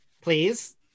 please